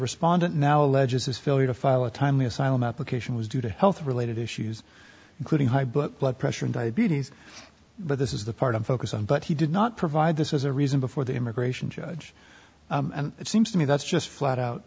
respondent now alleges his failure to file a timely asylum application was due to health related issues including high book blood pressure and diabetes but this is the part i'm focused on but he did not provide this as a reason before the immigration judge it seems to me that's just flat out